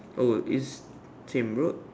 oh is same bro